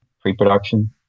Pre-production